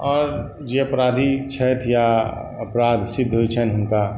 आओर जे अपराधी छथि या अपराध सिद्ध होइ छनि हुनका